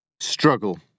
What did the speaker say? Struggle